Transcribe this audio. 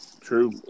True